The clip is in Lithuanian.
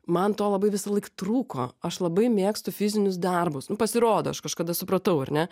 man to labai visąlaik trūko aš labai mėgstu fizinius darbus pasirodo aš kažkada supratau ar ne